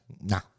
Nah